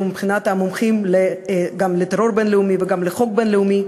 מבחינת המומחים גם לטרור בין-לאומי וגם לחוק בין-לאומי,